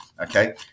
Okay